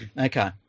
Okay